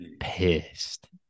pissed